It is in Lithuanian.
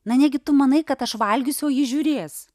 na negi tu manai kad aš valgysiu o ji žiūrės